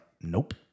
nope